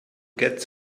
get